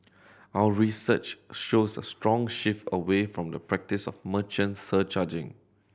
our research shows a strong shift away from the practice of merchant surcharging